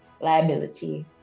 Liability